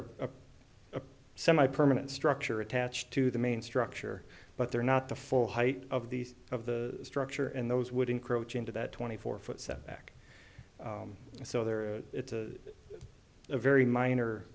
are a semi permanent structure attached to the main structure but they're not the full height of these of the structure and those would encroach into that twenty four foot setback and so there is a very minor